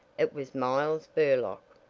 it was miles burlock!